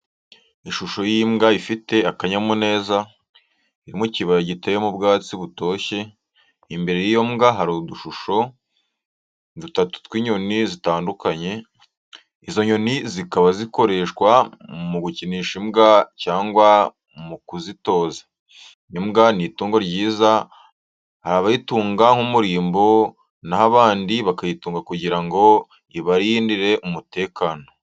Ishusho y’imbwa ifite akanyamuneza, iri mu kibaya giteyemo ubwatsi butoshye, imbere y'iyo mbwa hari udushusho dutatu tw’inyoni zitandukanye, izo nyoni zikaba zikoreshwa mu gukinisha imbwa cyangwa mu kuzitoza. Imbwa ni itungo ryiza, hari abayitunga nk'umurimbo na ho abandi bakayitunga kugira ngo ibarindire umutekano.